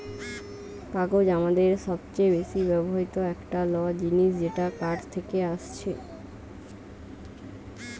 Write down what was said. কাগজ আমাদের সবচে বেশি ব্যবহৃত একটা ল জিনিস যেটা কাঠ থেকে আসছে